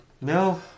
No